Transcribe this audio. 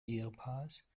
ehepaares